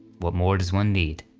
what more does one need?